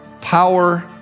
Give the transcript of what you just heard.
power